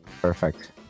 Perfect